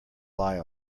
lie